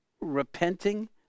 repenting